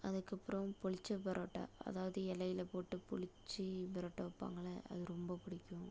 அதுக்கப்றம் புளித்த பரோட்டோ அதாவது இலையில போட்டு புளித்து பரோட்டா வைப்பாங்கள அது ரொம்ப பிடிக்கும்